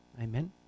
amen